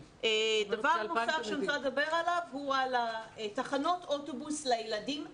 דבר נוסף שאני רוצה לדבר עליו הוא על תחנות אוטובוס לילדים בכפרים.